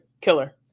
killer